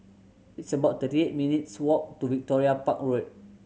it's about thirty eight minutes' walk to Victoria Park Road